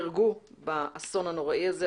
23 אורחים בחתונה נהרגו באסון הנורא הזה,